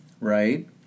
right